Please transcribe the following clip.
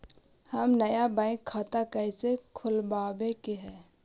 हम नया बैंक खाता कैसे खोलबाबे के है?